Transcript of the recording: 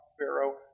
Pharaoh